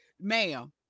Ma'am